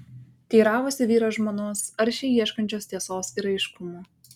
teiravosi vyras žmonos aršiai ieškančios tiesos ir aiškumo